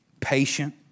Patient